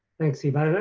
thanks eva,